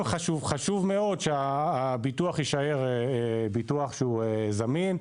חשוב מאוד שהביטוח יישאר ביטוח שהוא זמין,